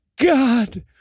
god